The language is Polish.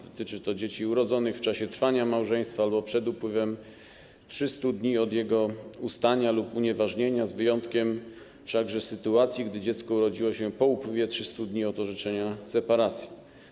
Dotyczy to dzieci urodzonych w czasie trwania małżeństwa albo przed upływem 300 dni od jego ustania lub unieważnienia, z wyjątkiem wszakże sytuacji gdy dziecko urodziło się po upływie 300 dni od dnia orzeczenia separacji.